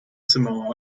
samoa